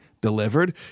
delivered